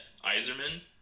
Iserman